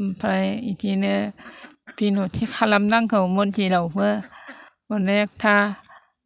ओमफ्राय बेदिनो बिनथि खालामनांगौ मन्दिरावबो अनेखथा